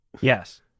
Yes